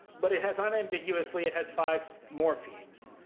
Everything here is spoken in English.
but it has unambiguously, it has five morphemes.